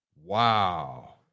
Wow